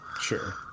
Sure